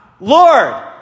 Lord